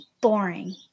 boring